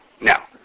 Now